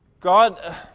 God